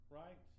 right